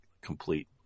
complete